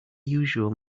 usual